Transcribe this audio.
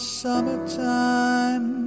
summertime